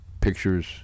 pictures